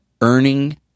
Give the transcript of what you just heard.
earning